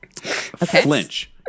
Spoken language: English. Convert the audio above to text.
Flinch